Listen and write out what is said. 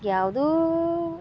ಯಾವುದು